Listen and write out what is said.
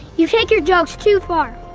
you take your jokes too far.